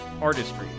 artistry